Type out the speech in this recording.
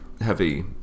heavy